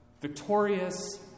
victorious